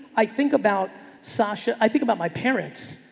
i think about sasha. i think about my parents.